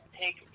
take